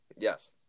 Yes